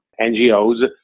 NGOs